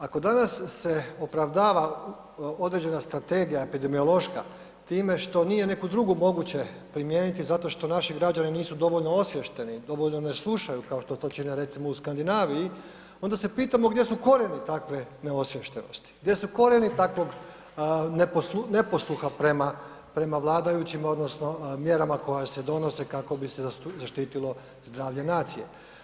Ako se danas opravdava određena strategija epidemiološka time što nije neku drugu moguće primijeniti zato što naši građani nisu dovoljno osviješteni, dovoljno ne slušaju kao što to čine recimo u Skandinaviji onda se pitamo gdje su korijeni takve neosviještenosti, gdje su korijeni takvog neposluha prema vladajućima odnosno mjerama koje se donose kako bi se zaštitilo zdravlje nacije?